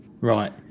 Right